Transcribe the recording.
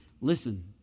listen